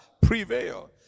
prevail